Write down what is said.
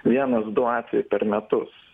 vienas du atvejai per metus